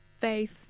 faith